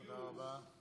תודה רבה.